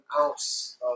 ounce